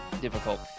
difficult